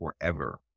forever